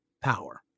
power